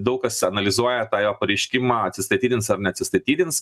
daug kas analizuoja tą jo pareiškimą atsistatydins ar neatsistatydins